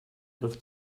griff